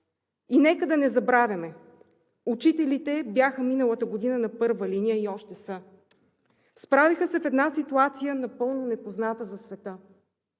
Нека да не забравяме – учителите бяха миналата година на първа линия и още са. Справиха се в една ситуация напълно непозната за света,